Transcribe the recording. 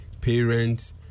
parents